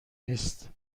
نیست